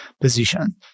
position